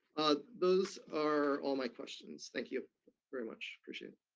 those are all my questions, thank you very much, appreciate